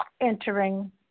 entering